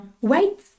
Wait